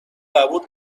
قبول